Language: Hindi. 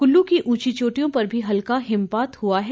कुल्लू की उंची चोटियों पर भी हल्का हिमपात हुआ है